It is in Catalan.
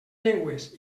llengües